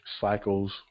cycles